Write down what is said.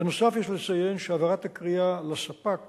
בנוסף, יש לציין שהעברת הקריאה לספק